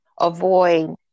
avoid